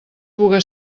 puga